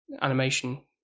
animation